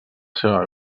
seva